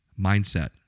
mindset